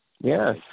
Yes